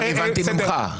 כך הבנתי ממך.